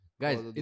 Guys